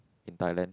in Thailand